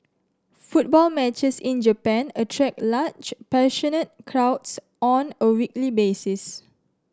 football matches in Japan attract large passionate crowds on a weekly basis